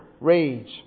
Rage